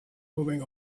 moving